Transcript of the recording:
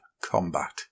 combat